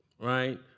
Right